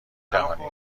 جهانی